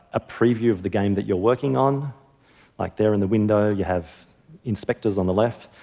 a preview of the game that you're working on like there in the window you have inspectors on the left.